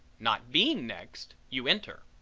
not being next, you enter.